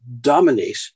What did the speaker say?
dominate